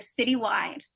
citywide